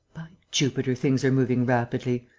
jupiter, things are moving rapidly.